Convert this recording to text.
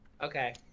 Okay